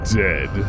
dead